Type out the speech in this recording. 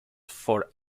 for